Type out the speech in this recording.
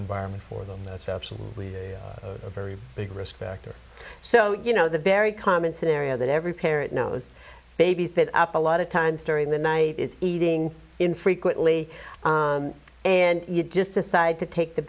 environment for them that's absolutely a very big risk factor so you know the very common scenario that every parent knows babies that up a lot of times during the night is eating infrequently and you just decide to take the